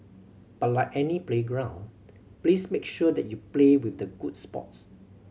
but like any playground please make sure that you play with the good sports